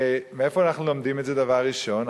ומאיפה אנחנו לומדים את זה דבר ראשון?